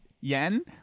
yen